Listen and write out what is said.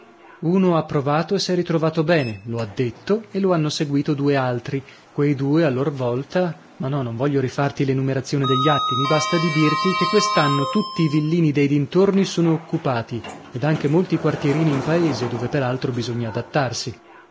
uno ha provato e s'è ritrovato bene lo ha detto e lo hanno seguito due altri quei due a lor volta ma no non voglio rifarti l'enumerazione degli atti mi basta di dirti che quest'anno tutti i villini dei dintorni sono occupati ed anche molti quartierini in paese dove per altro bisogna adattarsi